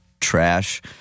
trash